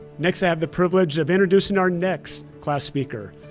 next, i have the privilege of introducing our next class speaker,